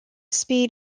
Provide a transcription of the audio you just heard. speed